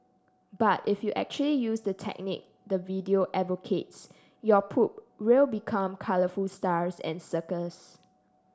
but if you actually use the technique the video advocates your poop will become colourful stars and circles